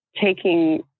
taking